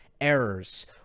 errors